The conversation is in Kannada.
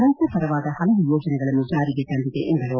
ರೈತ ಪರವಾದ ಪಲವು ಯೋಜನೆಗಳನ್ನು ಜಾರಿಗೆ ತಂದಿದೆ ಎಂದರು